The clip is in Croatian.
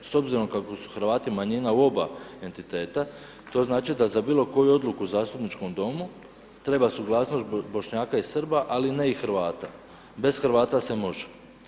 S obzirom kako su Hrvati manjina u oba entiteta to znači da za bilo koju odluku u zastupničkom domu treba suglasnost Bošnjaka i Srba, ali ne i Hrvata, bez Hrvata se može.